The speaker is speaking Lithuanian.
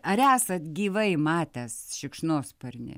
ar esat gyvai matęs šikšnosparnį